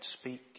speak